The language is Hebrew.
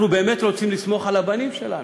אנחנו באמת רוצים לסמוך על הבנים שלנו.